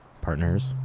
partners